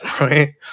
right